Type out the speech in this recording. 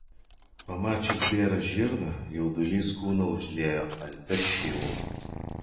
pamačius bėrą žirgą jaudulys kūną užliejo alpia šiluma